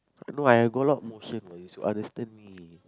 no I I got a lot motion no you should understand me